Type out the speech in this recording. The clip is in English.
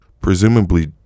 Presumably